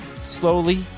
slowly